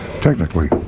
technically